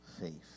faith